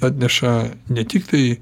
atneša ne tiktai